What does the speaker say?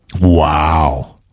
Wow